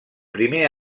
primer